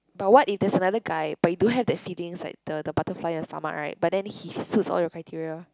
but what if there's another guy but you don't have that feelings like the the butterfly in your stomach right but then he suits all your criteria